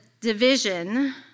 division